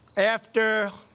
after